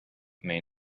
may